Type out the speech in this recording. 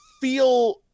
feel